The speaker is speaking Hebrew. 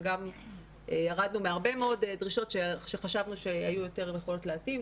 וגם ירדנו מהרבה מאוד דרישות שחשבנו שהיו יכולות יותר להתאים,